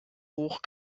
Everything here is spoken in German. hoch